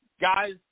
Guys